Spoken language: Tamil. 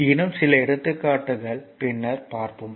இன்னும் சில எடுத்துக்காட்டுகள் பின்னர் பார்ப்போம்